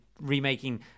remaking